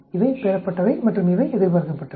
இவை பெறப்பட்டவை மற்றும் இவை எதிர்பார்க்கப்பட்டவை